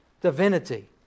divinity